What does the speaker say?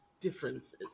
differences